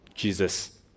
Jesus